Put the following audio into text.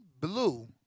Blue